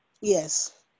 Yes